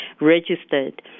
registered